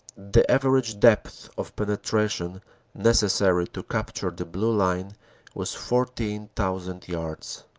the average depth of penetration necessary to capture the blue line was fourteen thousand yards.